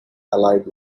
allied